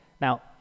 Now